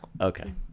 Okay